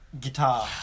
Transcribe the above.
guitar